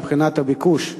מבחינת הביקוש,